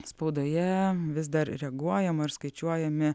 spaudoje vis dar reaguojama ir skaičiuojami